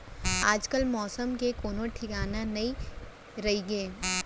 आजकाल मौसम के कोनों ठिकाना नइ रइगे